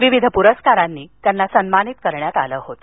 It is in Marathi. विविध प्रस्कारांनी त्यांना सन्मानित करण्यात आलं होतं